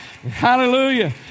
Hallelujah